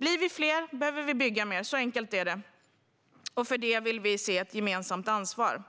Om vi blir fler behöver vi bygga mer. Så enkelt är det. För detta vill Vänsterpartiet se ett gemensamt ansvar.